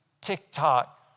TikTok